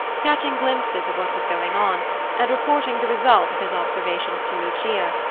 catching glimpses of what was going on and reporting the result of his observations to lucia,